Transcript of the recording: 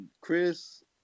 Chris